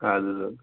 اَدٕ حظ اَدٕ حظ